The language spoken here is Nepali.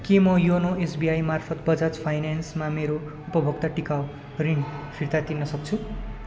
के म योनो एसबिआई मार्फत बजाज फाइनेन्समा मेरो उपभोक्ता टिकाउ ऋण फिर्ता तिर्न सक्छु